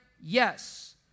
yes